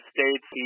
States